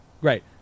Great